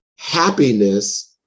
happiness